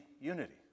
unity